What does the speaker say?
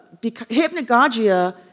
hypnagogia